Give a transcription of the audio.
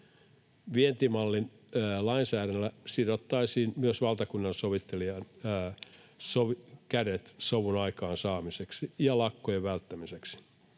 Vientimallilainsäädännöllä sidottaisiin myös valtakunnansovittelijan kädet sovun aikaansaamiseksi ja lakkojen välttämiseksi.